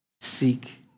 seek